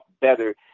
better